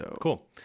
cool